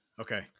okay